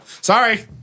Sorry